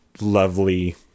lovely